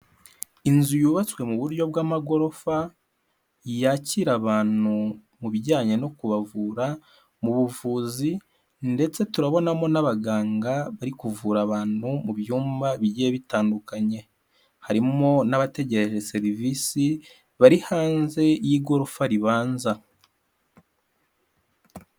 Inzu yubatswe mu buryo bw'amagorofa yakira abantu mu bijyanye no kubavura mu buvuzi ndetse turabonamo n'abaganga bari kuvura abantu mu byumba bigiye bitandukanye, harimo n'abategereje serivisi bari hanze y'igorofa ribanza.